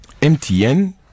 mtn